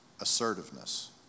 assertiveness